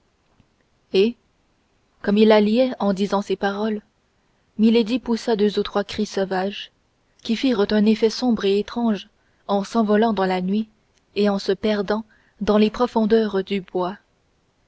et comme il la liait en disant ces paroles milady poussa deux ou trois cris sauvages qui firent un effet sombre et étrange en s'envolant dans la nuit et en se perdant dans les profondeurs du bois